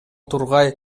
тургай